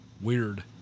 Weird